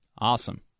Awesome